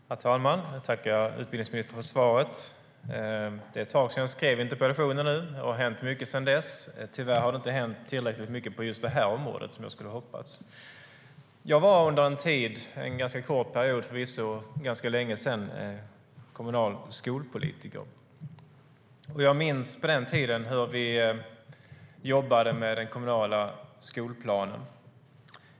Herr talman! Jag tackar utbildningsministern för svaret. Det är ett tag sedan jag skrev interpellationen nu, och det har hänt mycket sedan dess. Tyvärr har det inte hänt tillräckligt mycket på just det här området, som jag skulle ha hoppats. Jag var under en tid - förvisso under en ganska kort period och för ganska länge sedan - kommunal skolpolitiker. Jag minns hur vi på den tiden jobbade med den kommunala skolplanen.